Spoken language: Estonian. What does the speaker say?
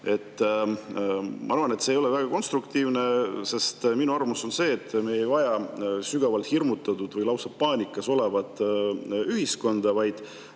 Ma arvan, et see ei ole väga konstruktiivne. Minu arvamus on see, et me ei vaja sügavalt hirmutatud või lausa paanikas olevat ühiskonda, vaid